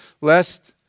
lest